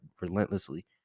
relentlessly